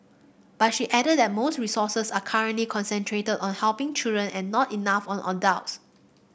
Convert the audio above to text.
but she added that most resources are currently concentrated on helping children and not enough on adults